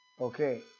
Okay